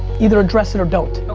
either address it or don't.